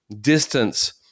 distance